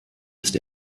ist